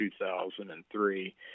2003